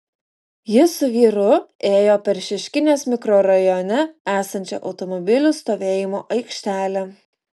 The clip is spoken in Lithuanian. ji su vyru ėjo per šeškinės mikrorajone esančią automobilių stovėjimo aikštelę